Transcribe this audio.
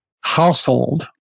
household